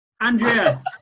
Andrea